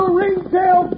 ringtail